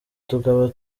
tukaba